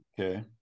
okay